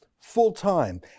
full-time